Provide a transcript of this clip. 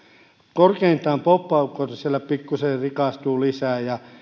korkeintaan poppaukot siellä pikkuisen rikastuvat lisää ja